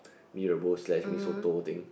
mee-rebus slash mee-soto thing